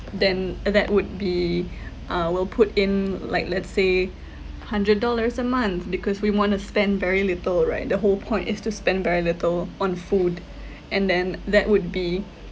then that would be uh we'll put in like let's say hundred dollars a month because we want to spend very little right the whole point is to spend very little on food and then that would be